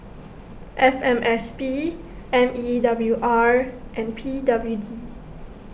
F M S P M E W R and P W D